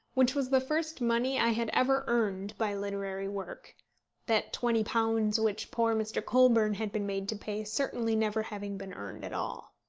which was the first money i had ever earned by literary work that twenty pounds which poor mr. colburn had been made to pay certainly never having been earned at all.